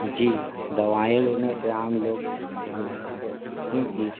जी दवाईयाँ लेने पे आम लोग सहमत है क्योंकि